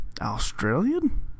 Australian